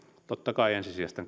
totta kai ensisijaisesti